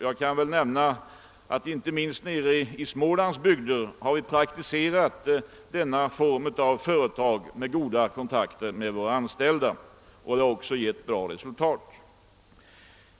Jag kan nämna att vi inte minst nere i Smålands bygder har praktiserat denna företagsform och uppnått goda kontakter med våra anställda. Den har också givit bra resultat.